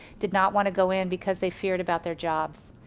did not want to go in because they feared about their jobs.